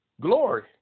Glory